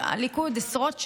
הליכוד, עשרות שנים.